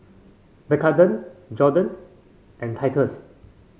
Macarthur Jordon and Thaddeus